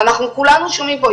אנחנו כולנו שומעים פה,